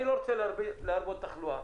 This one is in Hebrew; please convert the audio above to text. אני לא רוצה להרבות תחלואה